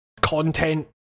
content